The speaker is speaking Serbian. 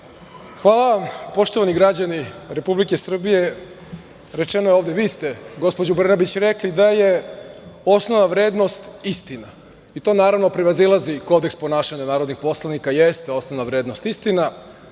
Hvala vam. Poštovani građani Republike Srbije, rečeno je ovde, vi ste, gospođo Brnabić, rekli da je osnovna vrednost istina, i to, naravno, prevazilazi kodeks ponašanja narodnih poslanika. Jeste osnovna vrednost istina,